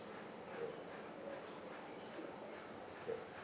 uh sure